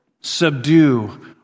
subdue